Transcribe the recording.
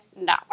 No